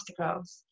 masterclass